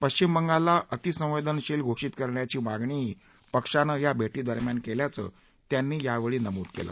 पश्चिम बंगालला अतीसंवेदनशील घोषित करण्याची मागणीही पक्षानं या भेटीदरम्यान केल्याचं त्यांनी यावेळी नमूद केलं